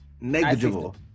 negligible